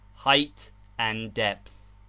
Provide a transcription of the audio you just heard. height and depth.